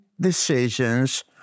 decisions